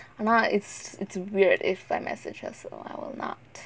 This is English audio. now it's it's weird if I message her so I will not